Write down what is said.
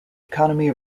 economy